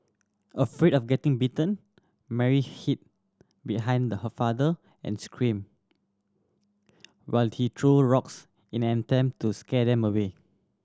afraid of getting bitten Mary hid behind her father and screamed while he threw rocks in an attempt to scare them away